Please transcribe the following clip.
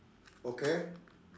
okay